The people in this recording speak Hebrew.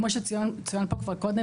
כמו שצוין פה כבר קודם,